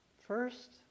First